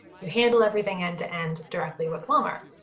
you handle everything end to end directly with walmart.